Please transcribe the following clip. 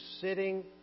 sitting